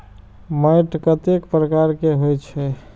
मैंट कतेक प्रकार के होयत छै?